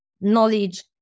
knowledge